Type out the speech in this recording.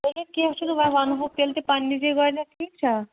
تُلِو کیٚنٛہہ چھُنہٕ وۅنۍ وَنہوکھ تیٚلہِ تہِ پَنٕنہِ جایہِ گۄڈٕنٮ۪تھ ٹھیٖک چھا